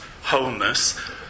Wholeness